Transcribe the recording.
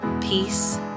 peace